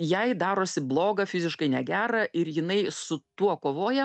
jai darosi bloga fiziškai negera ir jinai su tuo kovoja